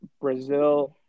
Brazil